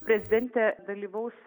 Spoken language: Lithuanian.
prezidentė dalyvaus